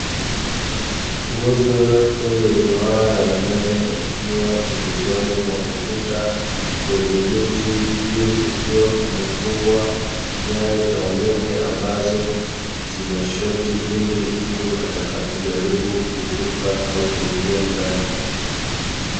Nguzo refu yenye waya wa umeme ikiwa pembezoni mwa ukuta kwenye geti, juu kukiwa kumefungwa nyaya za umeme ambazo zinashoti pindi mtu atakapojaribu kuvuka au kuingia ndani.